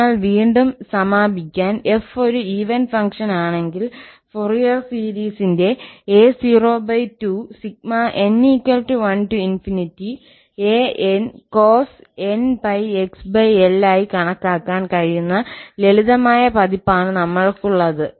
അതിനാൽ വീണ്ടും സമാപിക്കാൻ 𝑓 ഒരു ഈവൻ ഫംഗ്ഷനാണെങ്കിൽ ഫൊറിയർ സീരീസിന്റെ 𝑎02 n1an cos nπxL ആയി കണക്കാക്കാൻ കഴിയുന്ന ലളിതമായ പതിപ്പാണ് നമ്മൾക്കുള്ളത്